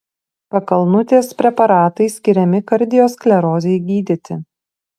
pakalnutės preparatai skiriami kardiosklerozei gydyti